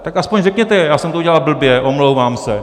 Tak aspoň řekněte: Já jsem to udělala blbě, omlouvám se.